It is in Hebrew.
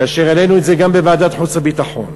כאשר העלינו את זה גם בוועדת חוץ וביטחון,